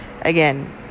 Again